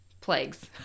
plagues